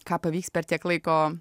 ką pavyks per tiek laiko